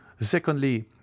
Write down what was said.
secondly